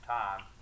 time